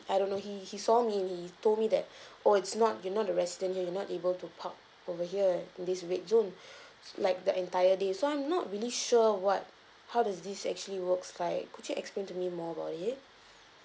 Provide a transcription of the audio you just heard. I don't know he he saw me and he told me that oh it's not you not the resident here you not able to park over here in this red zone like the entire day so I'm not really sure what how does this actually works like could you explain to me more about it